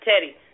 Teddy